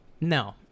No